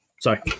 sorry